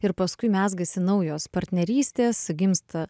ir paskui mezgasi naujos partnerystės gimsta